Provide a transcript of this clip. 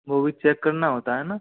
वो भी चेक करना होता है ना